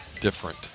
different